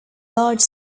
large